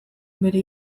bere